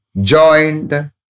joined